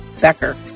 Becker